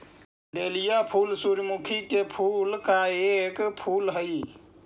dahlia फूल सूर्यमुखी के कुल का एक फूल हई